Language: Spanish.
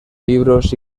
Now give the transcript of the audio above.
libros